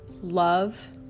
Love